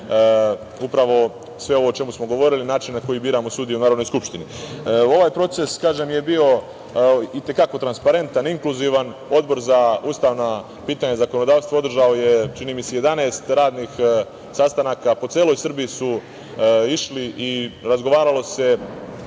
upravo sve ovo o čemu smo govorili, način na koji biramo sudije u Narodnoj skupštini. Ovaj proces, kažem, je bio i te kako transparentan, inkluzivan, Odbor za ustavna pitanja i zakonodavstvo održao je, čini mi se, 11 radnih sastanka. Po celoj Srbiji su išli i razgovaralo se